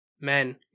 men